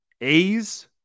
A's